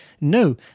no